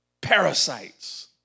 parasites